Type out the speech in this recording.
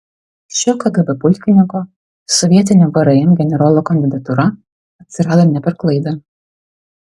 šio kgb pulkininko sovietinio vrm generolo kandidatūra atsirado ne per klaidą